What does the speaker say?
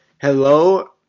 hello